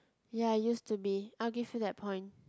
ya used to be I will give you that point